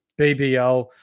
BBL